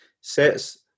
sets